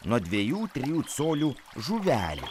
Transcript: nuo dviejų trijų colių žuvelė